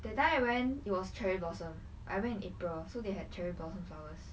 that time I went it was cherry blossom I went in april so they had cherry blossom flowers